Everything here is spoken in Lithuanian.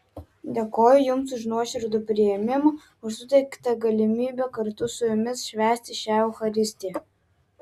dėkoju jums už nuoširdų priėmimą už suteiktą galimybę kartu su jumis švęsti šią eucharistiją